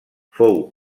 fou